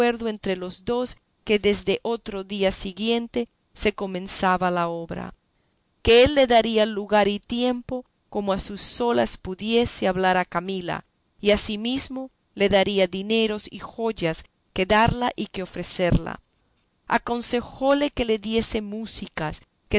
entre los dos que desde otro día siguiente se comenzase la obra que él le daría lugar y tiempo como a sus solas pudiese hablar a camila y asimesmo le daría dineros y joyas que darla y que ofrecerla aconsejóle que le diese músicas